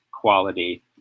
quality